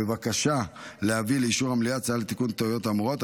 בבקשה להביא לאישור המליאה הצעה לתיקון הטעויות האמורות.